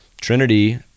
Trinity